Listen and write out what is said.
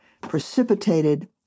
precipitated